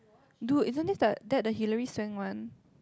dude isn't this the that the Hillary-Swank one